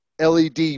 LED